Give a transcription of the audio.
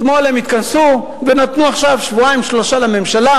אתמול הם התכנסו ונתנו עכשיו שבועיים-שלושה לממשלה,